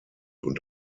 und